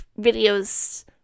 videos